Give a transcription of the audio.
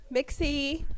Mixie